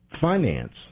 finance